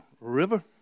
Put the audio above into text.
river